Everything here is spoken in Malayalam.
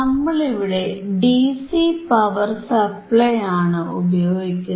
നമ്മളിവിടെ ഡിസി പവർ സപ്ലൈയാണ് ഉപയോഗിക്കുന്നത്